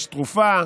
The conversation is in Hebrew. יש תרופה,